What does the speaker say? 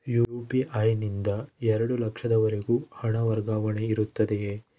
UPI ನಿಂದ ಎರಡು ಲಕ್ಷದವರೆಗೂ ಹಣ ವರ್ಗಾವಣೆ ಇರುತ್ತದೆಯೇ?